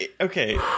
okay